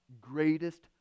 greatest